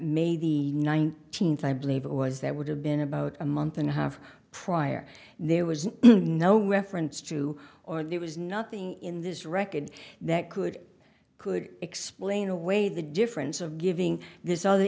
the nineteenth i believe it was that would have been about a month and a half prior there was no reference to or there was nothing in this record that could could explain away the difference of giving this